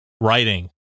writing